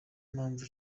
mpamvu